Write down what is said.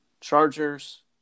Chargers